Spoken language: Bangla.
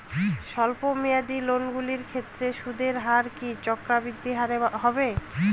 স্বল্প মেয়াদী লোনগুলির ক্ষেত্রে সুদের হার কি চক্রবৃদ্ধি হারে হবে?